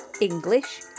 English